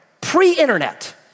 Pre-internet